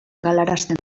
galarazten